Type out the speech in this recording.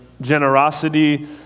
generosity